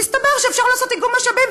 מסתבר שאפשר לעשות איגום משאבים,